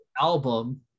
album